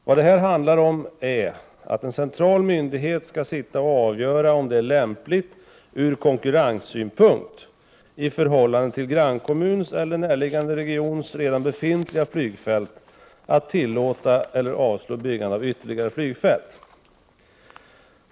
Vad det här handlar om är att en central myndighet skall sitta och avgöra om det är lämpligt från konkurrenssynpunkt med tanke på grannkommuns eller närliggande regions redan befintliga flygfält att tillåta eller avstyrka byggande av ytterligare ett flygfält.